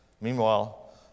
Meanwhile